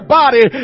body